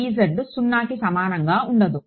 0కి సమానంగా ఉండదు